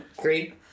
Three